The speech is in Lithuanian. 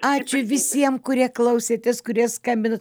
ačiū visiem kurie klausėtės kurie skambino